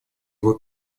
его